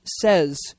says